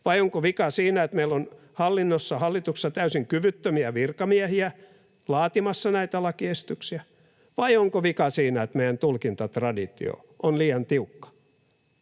Vai onko vika siinä, että meillä on hallinnossa täysin kyvyttömiä virkamiehiä laatimassa näitä lakiesityksiä? Vai onko vika siinä, että meidän tulkintatraditio on liian tiukka?